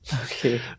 Okay